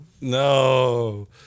No